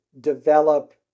develop